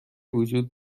وجود